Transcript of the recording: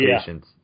patience